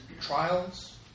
trials